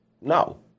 No